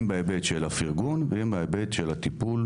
אם בהיבט של הפרגון ואם בהיבט של הטיפול,